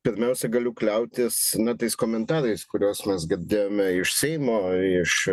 pirmiausia galiu kliautis na tais komentarais kuriuos mes girdėjome iš seimo iš